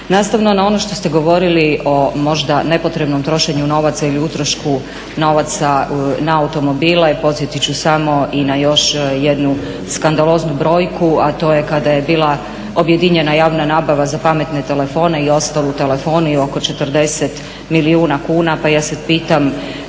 Nastavno na ono što ste govorili o možda nepotrebnom trošenju novaca ili utrošku novaca na automobile, podsjetit ću samo i na još jednu skandaloznu brojku, a to je kada je bila objedinjena javna nabava za pametne telefone i ostalu telefoniju, oko 40 milijuna kuna pa ja sad pitam,